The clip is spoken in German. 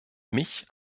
mich